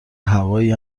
هوایی